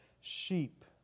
sheep